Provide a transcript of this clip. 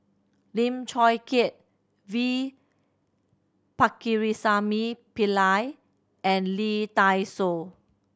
Lim Chong Keat V Pakirisamy Pillai and Lee Dai Soh